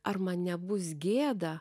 ar man nebus gėda